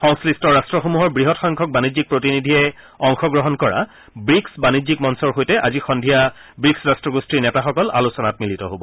সংশ্লিষ্ট ৰাট্টসমূহৰ বৃহৎসংখ্যক বাণিজ্যিক প্ৰতিনিধিয়ে অংশগ্ৰহণ কৰা ব্ৰিক্ছ বাণিজ্যিক মঞ্চৰ সৈতে আজি সন্ধিয়া ব্ৰিক্ছ ৰাট্টগোষ্ঠীৰ নেতাসকল আলোচনাত মিলিত হ'ব